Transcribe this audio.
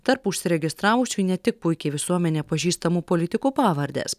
tarp užsiregistravusiųjų ne tik puikiai visuomenei pažįstamų politikų pavardės